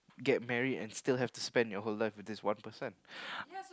get married and still have to spend your whole life with this one person